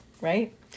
right